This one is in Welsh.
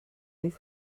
oedd